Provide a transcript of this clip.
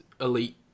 elite